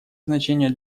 значение